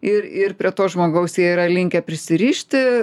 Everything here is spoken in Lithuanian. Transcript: ir ir prie to žmogaus jie yra linkę prisirišti